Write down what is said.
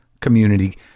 community